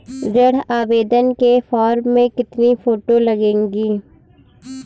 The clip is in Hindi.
ऋण आवेदन के फॉर्म में कितनी फोटो लगेंगी?